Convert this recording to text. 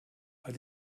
weil